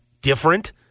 different